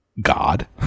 God